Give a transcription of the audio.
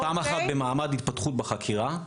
פעם אחת במעמד התפתחות בחקירה,